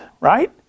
right